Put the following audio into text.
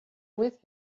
with